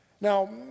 Now